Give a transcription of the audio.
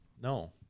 No